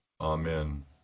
Amen